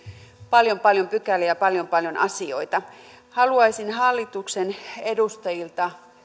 paljon paljon pykäliä paljon paljon asioita haluaisin hallituksen edustajilta